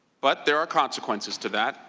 but there are consequences to that.